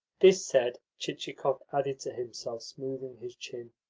this said, chichikov added to himself, smoothing his chin